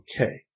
Okay